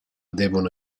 devono